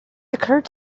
occurred